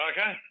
Okay